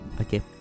Okay